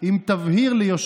כן.